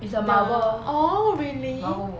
the orh really